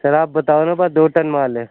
سر آپ بتاؤ نا پاس دو ٹن مال ہے